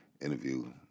interview